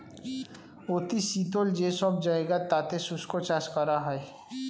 অতি শীতল যে সব জায়গা তাতে শুষ্ক চাষ করা হয়